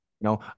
No